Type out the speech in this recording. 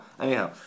anyhow